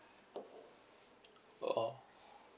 oh